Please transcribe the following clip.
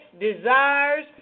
desires